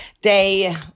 day